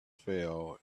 fell